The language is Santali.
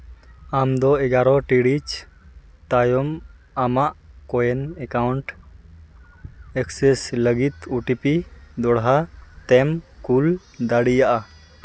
ᱟᱢᱫᱚ ᱮᱜᱟᱨᱳ ᱴᱤᱲᱤᱡᱽ ᱛᱟᱭᱚᱢ ᱟᱢᱟᱜ ᱠᱚᱭᱮᱱ ᱮᱠᱟᱣᱩᱱᱴ ᱮᱠᱥᱤᱥ ᱞᱟᱹᱜᱤᱫ ᱳ ᱴᱤ ᱯᱤ ᱫᱚᱦᱲᱟ ᱛᱮᱢ ᱠᱩᱞ ᱫᱟᱲᱮᱭᱟᱜᱼᱟ